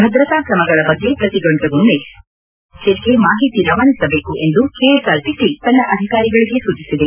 ಭದ್ರತಾ ಕ್ರಮಗಳ ಬಗ್ಗೆ ಪ್ರತಿ ಗಂಟೆಗೊಮ್ಮೆ ವಿಭಾಗೀಯ ನಿಯಂತ್ರಣ ಕಚೇರಿಗೆ ಮಾಹಿತಿ ರವಾನಿಸಬೇಕು ಎಂದು ಕೆಎಸ್ಆರ್ಟಿಬ ತನ್ನ ಅಧಿಕಾರಿಗಳಿಗೆ ಸೂಚಿಸಿದೆ